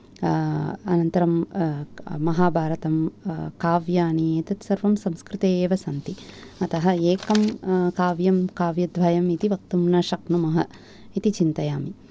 अनन्तरं महाभारतं काव्यानि एतत् सर्वं संस्कृते एव सन्ति अतः एकं काव्यं काव्यद्वयम् इति वक्तुं न शक्नुमः इति चिन्तयामि